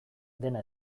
dena